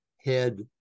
head